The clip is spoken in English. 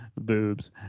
boobs